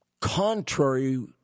contrary